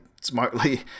smartly